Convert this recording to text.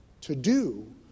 to-do